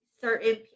certain